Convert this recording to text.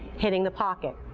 hitting the pocket.